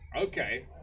Okay